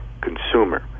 consumer